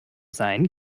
sein